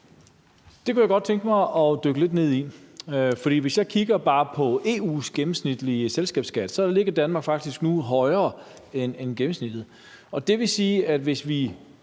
Det kunne jeg godt tænke mig at dykke lidt ned i. For hvis jeg kigger bare på EU's gennemsnitlige selskabsskat, ligger Danmark faktisk nu højere end gennemsnittet, og det vil sige, at hvis vi